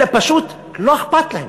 אלא פשוט לא אכפת להם.